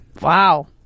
Wow